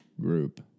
group